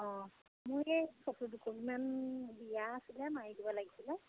অঁ মোৰ এই ফটো দুকপি মান বিয়া আছিলে মাৰি দিব লাগিছিলে